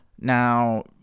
Now